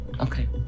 Okay